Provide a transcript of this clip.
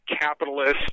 capitalists